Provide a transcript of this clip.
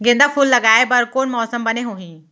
गेंदा फूल लगाए बर कोन मौसम बने होही?